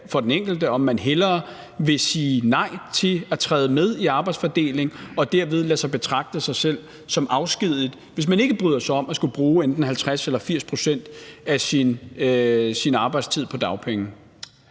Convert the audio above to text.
er et valg, om man hellere vil sige nej til at gå med i arbejdsfordelingen og derved betragte sig selv som afskediget, hvis man ikke bryder sig om at skulle bruge enten 50 eller 80 pct. af sin arbejdstid på dagpenge.